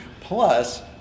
Plus